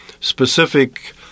specific